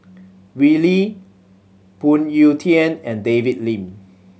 Wee Lin Phoon Yew Tien and David Lim